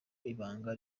ibanga